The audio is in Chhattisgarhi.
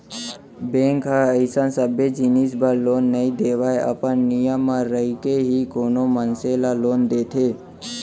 बेंक ह अइसन सबे जिनिस बर लोन नइ देवय अपन नियम म रहिके ही कोनो मनसे ल लोन देथे